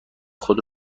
خود